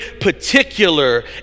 particular